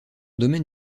domaine